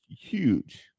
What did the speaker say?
huge